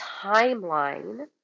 timeline